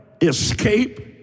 escape